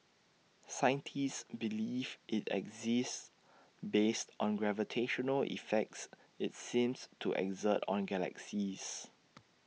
scientists believe IT exists based on gravitational effects IT seems to exert on galaxies